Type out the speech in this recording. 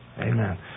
Amen